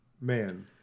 Man